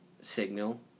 signal